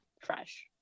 fresh